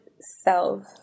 self